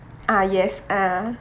ah yes ah